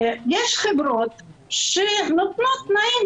יש חברות שנותנות תנאים,